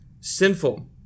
sinful